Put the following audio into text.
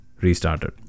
restarted